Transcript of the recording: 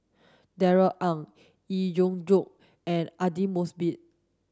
Darrell Ang Yee Jenn Jong and Aidli Mosbit